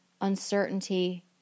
uncertainty